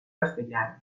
castellano